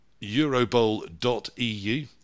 eurobowl.eu